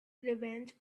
revenge